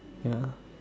ya